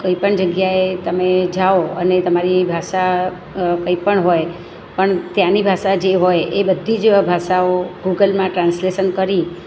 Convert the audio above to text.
કોઈપણ જગ્યાએ તમે જાઓ અને તમારી ભાષા કંઈપણ હોય પણ ત્યાંની ભાષા જે હોય એ બધી જ ભાષાઓ ગુગલમાં ટ્રાન્સલેશન કરી